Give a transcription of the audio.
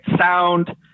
sound